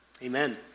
Amen